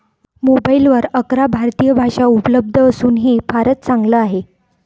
मोबाईलवर अकरा भारतीय भाषा उपलब्ध असून हे फारच चांगल आहे